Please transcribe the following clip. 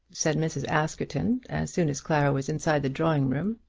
said mrs. askerton as soon as clara was inside the drawing-room.